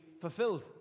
fulfilled